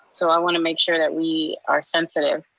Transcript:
so i want to make sure that we are sensitive.